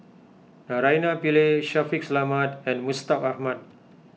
Naraina Pillai Shaffiq Selamat and Mustaq Ahmad